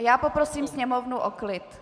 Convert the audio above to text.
Poprosím sněmovnu o klid!